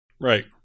Right